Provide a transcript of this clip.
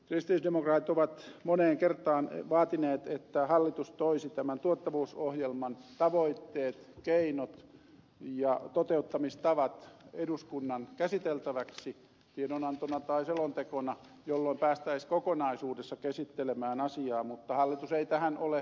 kristillisdemokraatit ovat moneen kertaan vaatineet että hallitus toisi tämän tuottavuusohjelman tavoitteet keinot ja toteuttamistavat eduskunnan käsiteltäväksi tiedonantona tai selontekona jolloin päästäisiin kokonaisuudessa käsittelemään asiaa mutta hallitus ei tähän ole suostunut